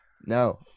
No